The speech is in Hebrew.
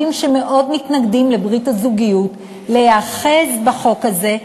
שמאוד מתנגדים לברית הזוגיות להיאחז בחוק הזה,